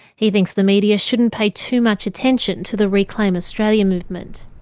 he thinks the media shouldn't pay too much attention to the reclaim australia movement.